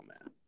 man